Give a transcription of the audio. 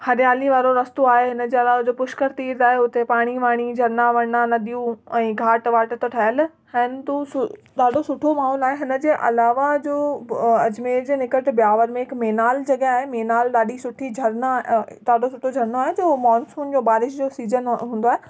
हरियाली वारो रस्तो आहे हिनजे अलावा जो पुष्कर तीर्थ आहे हुते पाणी वाणी झरना वरना नदियूं ऐं घाट वाट त ठहियल न आहिनि तू सू ॾाढो सुठो माहोलु आहे हिनजे अलावा जो अजमेर जे निकट बियावर में हिकु मेनाल जॻह आहे मेनाल ॾाढी सुठी झरना ॾाढो सुठो झरना आहे जो मानसून जो बारिश जो सिजन हूंदो आहे